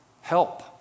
Help